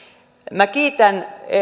minä kiitän